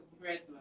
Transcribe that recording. Christmas